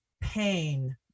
pain